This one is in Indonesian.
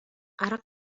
arak